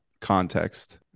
context